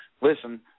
listen